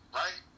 right